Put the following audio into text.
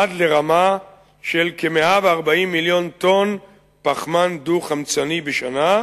עד לרמה של כ-140 מיליון טונות פחמן דו-חמצני בשנה,